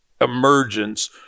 emergence